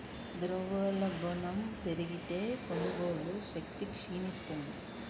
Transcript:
ద్రవ్యోల్బణం పెరిగితే, కొనుగోలు శక్తి క్షీణిస్తుంది